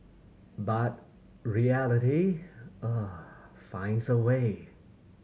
but reality uh finds a way